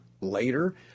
later